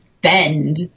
bend